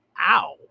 Ow